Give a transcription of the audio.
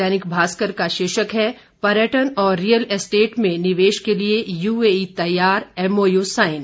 दैनिक भास्कर का शीर्षक है पर्यटन और रियल इस्टेट में निवेश के लिए यूएई तैयार एमओयू साइन